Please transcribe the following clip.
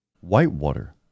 Whitewater